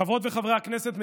חברות וחברי הכנסת,